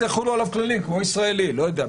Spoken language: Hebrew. יחולו עליו כללי כמו שחלים על ישראלי.